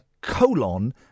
colon